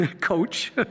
Coach